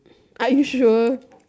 are you sure